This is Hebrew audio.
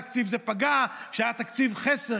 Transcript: נכון שתקציב זה תוכנית עבודה של הממשלה,